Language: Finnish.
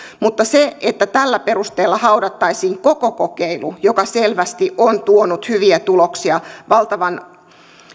mutta siihen en tällä perusteella olisi valmis että tällä perusteella haudattaisiin koko kokeilu joka selvästi on tuonut hyviä tuloksia valtavan työttömien